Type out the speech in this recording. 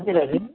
हजुर हजुर